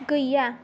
गैया